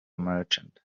merchant